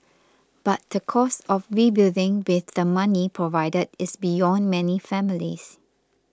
but the cost of rebuilding with the money provided is beyond many families